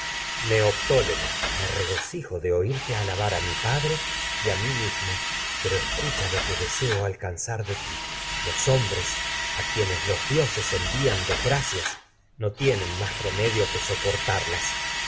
neoptólemo dre me regocijo de oírte alabar escucha los lo que a mi pa y a mí mismo pero hombres a deseo alcanzar de ti los quienes dioses envían desgra soportarlas pero aque cias llos no tienen más remedio que